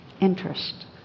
Interest